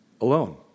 alone